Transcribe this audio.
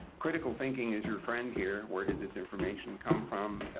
critical thinking is your friend here. where did this information come from?